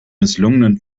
misslungenen